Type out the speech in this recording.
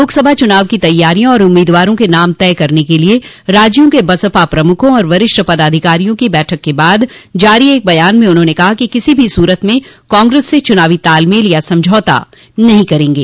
लोकसभा चुनाव की तैयारियां और उम्मीदवारों के नाम तय करने के लिये राज्यों के बसपा प्रमुखों और वरिष्ठ पदाधिकारियों की बैठक के बाद जारी एक बयान में उन्होंने कहा कि किसी भी सूरत में कांग्रेस से चुनावी तालमेल या समझौता नहीं करेंगे